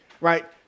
right